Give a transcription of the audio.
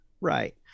Right